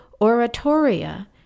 Oratoria